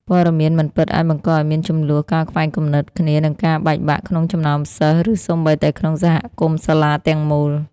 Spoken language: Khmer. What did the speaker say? ព័ត៌មានមិនពិតអាចបង្កឲ្យមានជម្លោះ ការខ្វែងគំនិតគ្នា និងការបែកបាក់ក្នុងចំណោមសិស្ស ឬសូម្បីតែក្នុងសហគមន៍សាលាទាំងមូល។